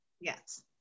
Yes